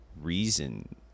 reason